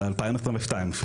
ב-2022.